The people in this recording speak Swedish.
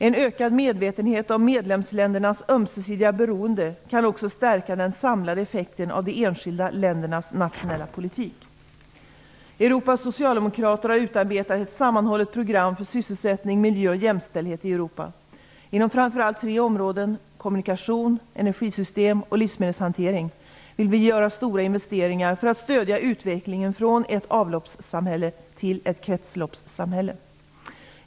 En ökad medvetenhet om medlemsländernas ömsesidiga beroende kan också stärka den samlade effekten av de enskilda ländernas nationella politik. Europas socialdemokrater har utarbetat ett sammanhållet program för sysselsättning, miljö och jämställdhet i Europa. Inom framför allt tre områden - kommunikation, energisystem och livsmedelshantering - vill vi göra stora investeringar för att stödja utvecklingen från ett avloppssamhälle till ett kretsloppssamhälle.